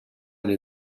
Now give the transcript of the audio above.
del